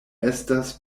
estas